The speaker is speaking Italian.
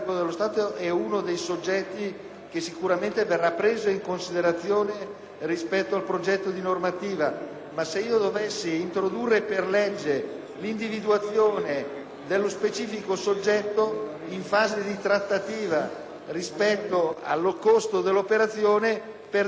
che sicuramente verrà preso in considerazione rispetto al progetto «Normattiva». Se dovessi però introdurre per legge l'individuazione dello specifico soggetto, in fase di trattativa, rispetto al costo dell'operazione, perderei qualsiasi tipo di margine di manovra.